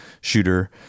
shooter